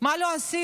מה לא עשינו.